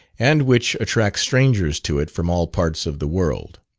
and which attracts strangers to it from all parts of the world.